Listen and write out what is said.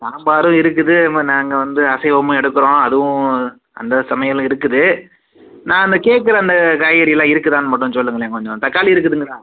சாம்பாரும் இருக்குது இப்போ நாங்கள் வந்து அசைவமும் எடுக்கிறோம் அதுவும் அந்த சமையலும் இருக்குது நான் அந்த கேக்கிற அந்த காய்கறியெல்லாம் இருக்குதான்னு மட்டும் சொல்லுங்களேன் கொஞ்சம் தக்காளி இருக்குதுங்களா